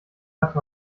hatte